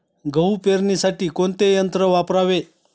गहू पेरणीसाठी कोणते यंत्र वापरावे?